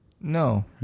No